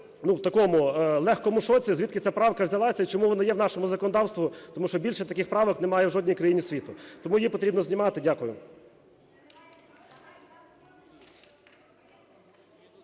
в такому легкому шоці, звідки ця правка взялася і чому вона є в нашому законодавстві, тому що більше таких правок немає в жодній країні світу. Тому її потрібно знімати. Дякую.